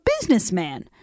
businessman